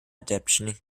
adaption